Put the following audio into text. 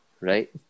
Right